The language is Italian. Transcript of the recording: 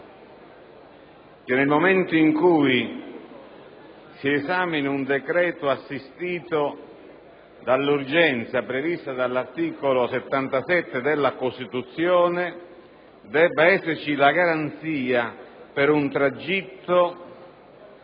che nel momento in cui si esamina un decreto assistito dall'urgenza prevista dall'articolo 77 della Costituzione debba esserci la garanzia per un tragitto